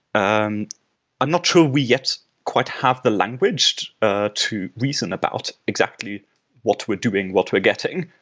um i'm not sure we yet quite have the language to reason about exactly what we're doing, what we're getting.